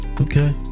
Okay